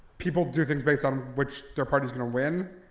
people do things based on which their party's gonna win.